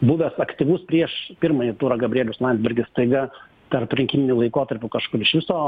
buvęs efektyvus prieš pirmąjį turą gabrielius landsbergis staiga tarprinkiminiu laikotarpiu kažkur iš viso